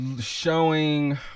showing